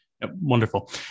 Wonderful